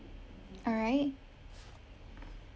all right